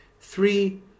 three